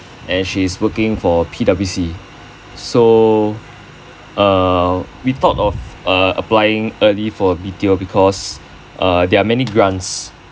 and she is working for P_W_C so uh we thought of uh applying early for a B_T_O because uh there are many grants